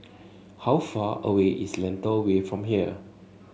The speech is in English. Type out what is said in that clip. how far away is Lentor Way from here